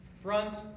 Front